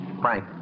Frank